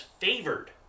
favored